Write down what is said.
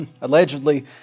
allegedly